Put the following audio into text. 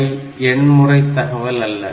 அவை எண் முறை தகவல் அல்ல